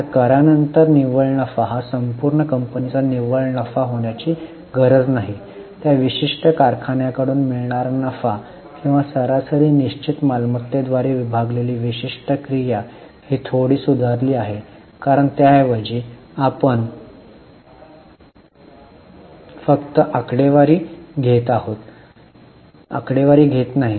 तर करानंतर निव्वळ नफा हा संपूर्ण कंपनीचा निव्वळ नफा होण्याची गरज नाही त्या विशिष्ट कारखान्याकडून मिळणारा नफा किंवा सरासरी निश्चित मालमत्तेद्वारे विभागलेली विशिष्ट क्रिया ही थोडी सुधारली आहे कारण त्याऐवजी आपण फक्त आकडेवारी घेत नाही